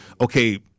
okay